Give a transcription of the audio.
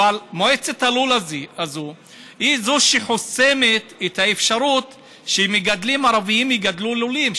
מועצת הלול הזאת היא שחוסמת את האפשרות שמגדלים ערבים יגדלו לולים,